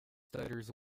stutters